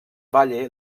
valle